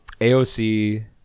AOC